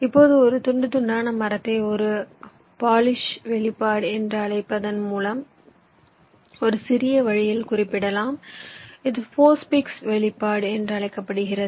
இப்போது ஒரு துண்டு துண்டான மரத்தை ஒரு போலிஷ் வெளிப்பாடு என்று அழைப்பதன் மூலம் ஒரு சிறிய வழியில் குறிப்பிடலாம் இது போஸ்ட்ஃபிக்ஸ் வெளிப்பாடு என்றும் அழைக்கப்படுகிறது